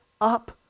up